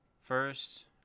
first